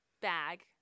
bag